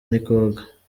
ntikoga